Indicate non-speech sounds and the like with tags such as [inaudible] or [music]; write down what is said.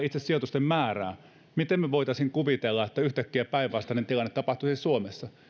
[unintelligible] itse sijoitusten määrää niin miten me voisimme kuvitella että yhtäkkiä päinvastainen tilanne tapahtuisi suomessa